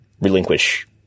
relinquish